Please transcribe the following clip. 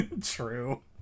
True